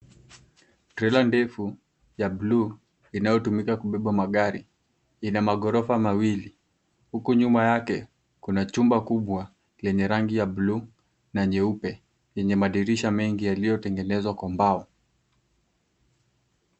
Trela ndefu ya buluu inayotumika kubeba magari ina maghorofa mawili huku nyuma yake kuna chumba kubwa yenye rangi ya buluu na nyeupe yenye madirisha mengi yaliyotengenezwa kwa mbao.